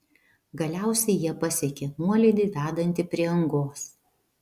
galiausiai jie pasiekė nuolydį vedantį prie angos